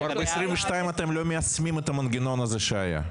מ-2022 אתם לא מיישמים את המנגנון הזה שהיה?